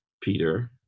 Peter